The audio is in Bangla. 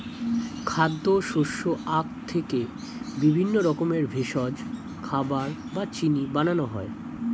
খাদ্য, শস্য, আখ থেকে বিভিন্ন রকমের ভেষজ, খাবার বা চিনি বানানো হয়